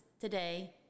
today